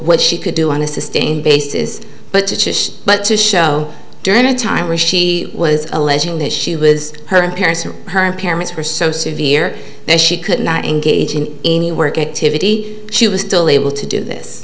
what she could do on a sustained basis but to but to show during a time where she was alleging that she was her parents or her parents were so severe that she could not engage in any work activity she was still able to do this